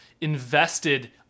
invested